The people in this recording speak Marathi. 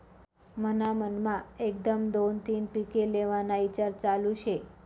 मन्हा मनमा एकदम दोन तीन पिके लेव्हाना ईचार चालू शे